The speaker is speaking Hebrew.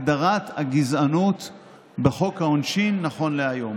הגדרת הגזענות בחוק העונשין נכון להיום.